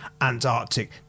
Antarctic